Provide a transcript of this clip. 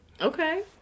Okay